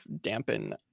dampen